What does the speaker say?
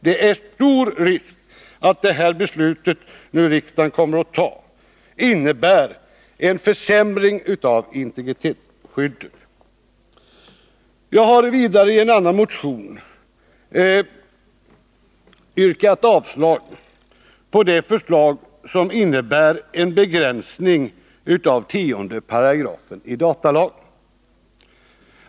Det är stor risk att det beslut som riksdagen nu kommer att fatta innebär en försämring av integritetsskyddet. Jag har vidare i en annan motion yrkat avslag på det förslag som innebär en begränsning av 10 § datalagen.